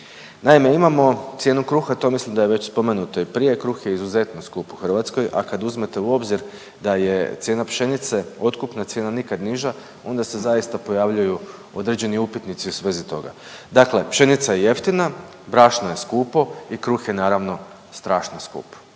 Naime, imamo cijenu kruha to mislim da je već spomenuto i prije, kruh je izuzetno skup u Hrvatskoj, a kad uzmete u obzir da je cijena pšenice, otkupna cijena nikad niža onda se zaista pojavljuju određeni upitnici u svezi toga. Dakle, pšenica je jeftina, brašno je skupo i kruh je naravno strašno skup.